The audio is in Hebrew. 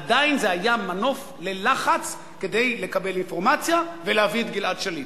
עדיין זה היה מנוף ללחץ כדי לקבל אינפורמציה ולהביא את גלעד שליט.